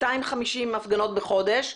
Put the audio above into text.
ב-250 הפגנות בחודש.